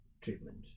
treatment